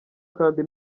kandi